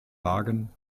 wagen